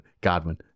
Godwin